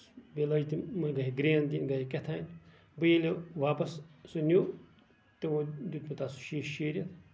بیٚیہِ لٲج تٔمۍ گرین دِنۍ کیاہ تانۍ بیٚیہِ ییٚلہِ واپَس سُہ نیوٗ تہٕ دیُت مےٚ تَس سُہ شیٖرِتھ